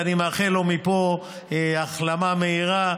ואני מאחל לו מפה החלמה מהירה,